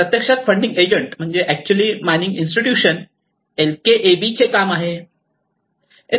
की प्रत्यक्षात funding agent म्हणजे अॅक्च्युअली मायनिंग इन्स्टिट्यूशन एलकेएबी चे काम आहे